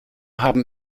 haben